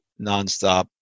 nonstop